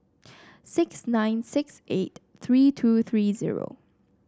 six nine six eight three two three zero